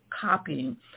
copying